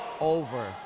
over